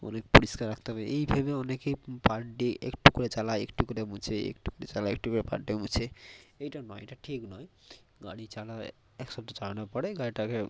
অনেক পরিষ্কার রাখতে হবে এই ভেবে অনেকেই পার ডে একটু করে চালায় একটু করে মুছে একটু করে চালায় একটু করে পার ডে মুছে এইটা নয় এইটা ঠিক নয় গাড়ি চালাবে এক সপ্তাহ চালানোর পরে গাড়িটাকে